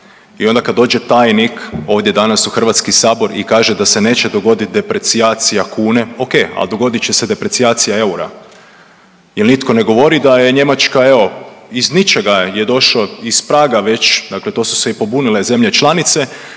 i onda kad dođe tajnik ovdje danas u HS i kaže da se neće dogoditi deprecijacija kune, okej, al dogodit će se deprecijacija eura jel nitko ne govori da je Njemačka evo iz ničega je došao iz Praga već dakle to su se i pobunile zemlje članice